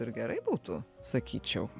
ir gerai būtų sakyčiau